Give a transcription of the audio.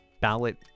Ballot